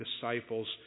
disciples